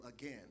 again